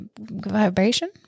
vibration